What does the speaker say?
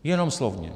Jenom slovně.